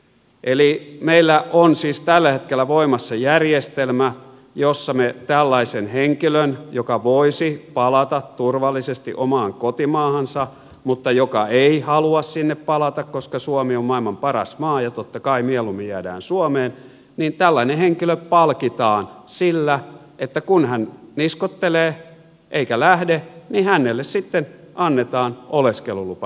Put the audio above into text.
eli meillä on siis tällä hetkellä voimassa järjestelmä jossa me tällaisen henkilön joka voisi palata turvallisesti omaan kotimaahansa mutta joka ei halua sinne palata koska suomi on maailman paras maa ja totta kai mieluummin jäädään suomeen palkitsemme sillä että kun hän niskoittelee eikä lähde niin hänelle sitten annetaan oleskelulupa suomeen